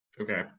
Okay